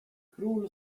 król